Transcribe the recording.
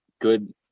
good